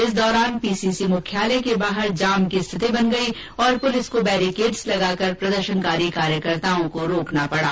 इस दौरान पीसीसी मुख्यालय के बाहर जाम की स्थिति बन गई और पुलिस को बैरीकेड्स लगाकर प्रदर्शनकारी कार्यकर्ताओं को रोकना पड़ा